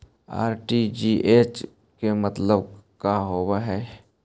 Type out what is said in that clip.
RTGS के मतलब का होव हई?